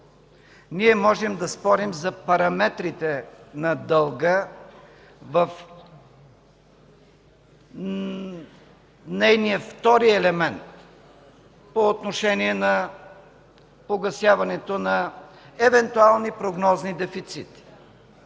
ние може да спорим за параметрите на дълга в нейния втори елемент – по отношение на погасяването на евентуални прогнозни дефицити,